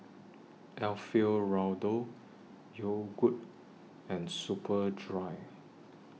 Alfio Raldo Yogood and Superdry